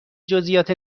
جزییات